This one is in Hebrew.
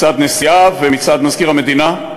מצד נשיאה ומצד מזכיר המדינה,